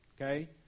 okay